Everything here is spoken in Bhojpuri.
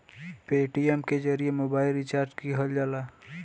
पेटीएम के जरिए मोबाइल रिचार्ज किहल जाला